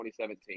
2017